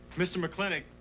mr. mclintock,